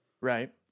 Right